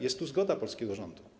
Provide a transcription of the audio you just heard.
Jest zgoda polskiego rządu.